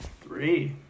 Three